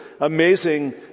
amazing